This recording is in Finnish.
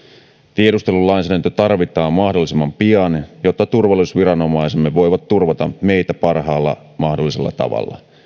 tiedustelulainsäädäntö tarvitaan mahdollisimman pian jotta turvallisuusviranomaisemme voivat turvata meitä parhaalla mahdollisella tavalla